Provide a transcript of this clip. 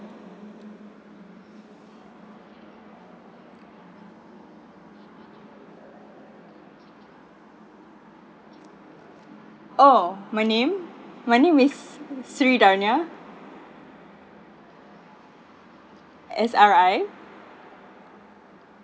oh my name my name is sri darniah S R I